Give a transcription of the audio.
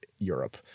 Europe